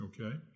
okay